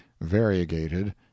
variegated